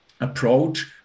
approach